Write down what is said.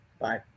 Bye